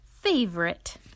favorite